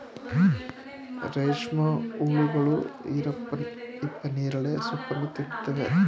ರೇಷ್ಮೆ ಹುಳುಗಳು ಹಿಪ್ಪನೇರಳೆ ಸೋಪ್ಪನ್ನು ತಿನ್ನುತ್ತವೆ